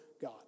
God